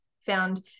found